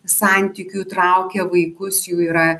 santykių traukia vaikus jų yra